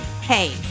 Hey